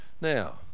Now